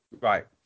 Right